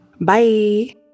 Bye